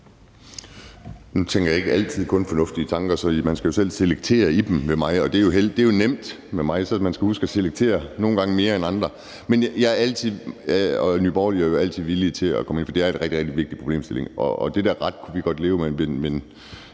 Nu tænker jeg ikke altid kun fornuftige tanker, så med mig skal man jo selv selektere dem. Det er jo nemt med mig. Man skal bare huske at selektere, nogle gange mere end andre gange. Men i Nye Borgerlige er vi altid villige til at gå med ind i det, for det er en rigtig, rigtig vigtig problemstilling, og det der med en ret kunne vi godt leve med. Men